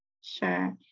sure